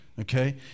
okay